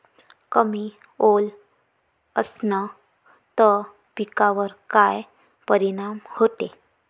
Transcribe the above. कमी ओल असनं त पिकावर काय परिनाम होते?